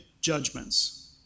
judgments